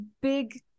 big